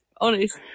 Honest